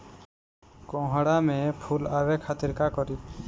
कोहड़ा में फुल आवे खातिर का करी?